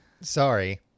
Sorry